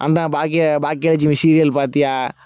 அந்த பாக்கிய பாக்கியலெக்ஷ்மி சீரியல் பார்த்தியா